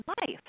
life